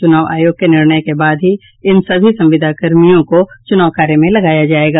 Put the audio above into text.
चुनाव आयोग के निर्णय के बाद ही इन सभी संविदाकर्मियों को चुनाव कार्य में लगाया जायेगा